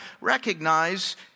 recognize